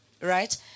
right